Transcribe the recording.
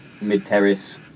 mid-terrace